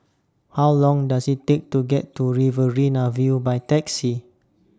How Long Does IT Take to get to Riverina View By Taxi